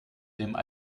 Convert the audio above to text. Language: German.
dem